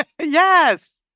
yes